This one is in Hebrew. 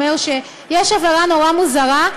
אומר שיש עבירה נורא מוזרה,